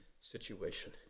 situation